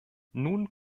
nun